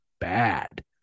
bad